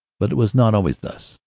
but it was not always thus.